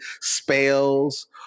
spells